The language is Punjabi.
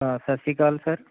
ਹਾਂ ਸਤਿ ਸ਼੍ਰੀ ਅਕਾਲ ਸਰ